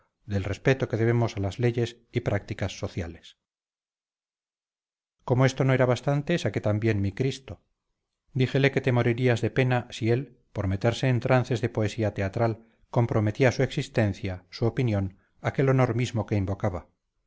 del respeto que debemos a las leyes y prácticas sociales como esto no era bastante saqué también mi cristo díjele que te morirías de pena si él por meterse en lances de poesía teatral comprometía su existencia su opinión aquel honor mismo que invocaba